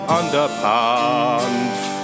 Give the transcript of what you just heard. underpants